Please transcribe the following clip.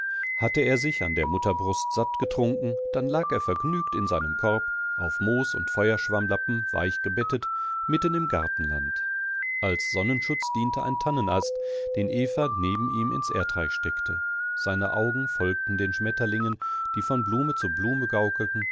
hatte er sich an der mutterbrust sattgetrunken dann lag er vergnügt in seinem korb auf moos und feuerschwammlappen weich gebettet mitten im gartenland als sonnenschutz diente ein tannenast den eva neben ihm ins erdreich steckte seine augen folgten den schmetterlingen die von blume zu blume gaukelten